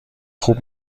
خوب